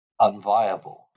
unviable